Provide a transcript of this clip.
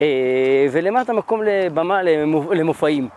ולמטה מקום לבמה, למופעים.